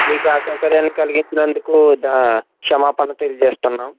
మీకు అసౌకర్యాన్ని కలిగించినందుకు క్షమాపణని తెలియజేస్తున్నాం